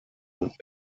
und